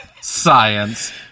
science